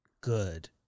good